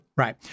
Right